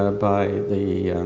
ah by the